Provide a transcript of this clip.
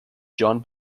john